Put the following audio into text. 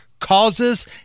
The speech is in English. causes